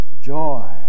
Joy